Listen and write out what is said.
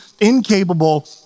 incapable